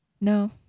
no